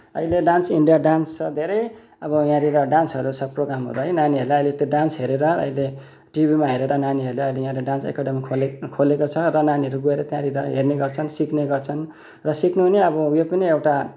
अहिले dance India dance छ धेरै अब यहाँनिर डान्सहरू छ प्रोग्रामहरू है नानीहरूलाई अहिले त्यो डान्स हेरेर अहिले टिभीमा हेरेर नानीहरूले अहिले यहाँ एउटा डान्स एकाडेमी खोलेको खोलेको छ र नानीहरू गएर त्यहाँनिर हेर्ने गर्छन् सिक्ने गर्छन् र सिक्नु पनि अब यो पनि एउटा